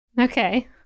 Okay